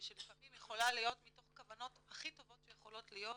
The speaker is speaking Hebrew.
שלפעמים יכולה להיות מתוך כוונות הכי טובות שיכולות להיות,